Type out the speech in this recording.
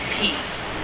peace